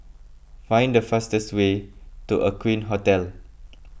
find the fastest way to Aqueen Hotel